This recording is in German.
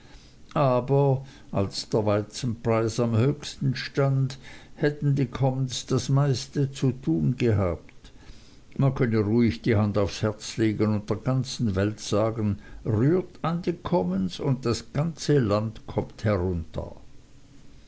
aber als der weizenpreis am höchsten stand hätten die commons das meiste zu tun gehabt man könne ruhig die hand aufs herz legen und der ganzen welt sagen rührt an die commons und das ganze land kommt herunter